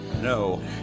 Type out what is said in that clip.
No